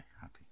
happy